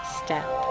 step